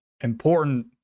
important